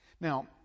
Now